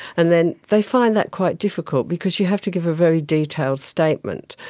and then they find that quite difficult, because you have to give a very detailed statement,